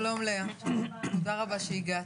שלום, לאה, תודה רבה שהגעת.